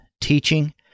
teaching